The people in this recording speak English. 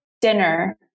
dinner